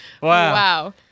Wow